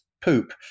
poop